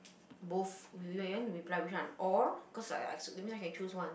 both you want to reply to which one or cause that means I can choose one